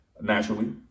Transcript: naturally